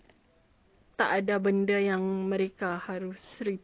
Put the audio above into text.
tak ada benda yang mereka harus report then